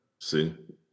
See